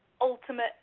ultimate